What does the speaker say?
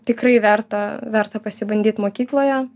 tikrai verta verta pasibandyt mokykloje